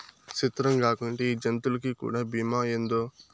సిత్రంగాకుంటే ఈ జంతులకీ కూడా బీమా ఏందో